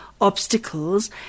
obstacles